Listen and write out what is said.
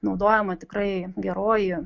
naudojama tikrai geroji